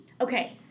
Okay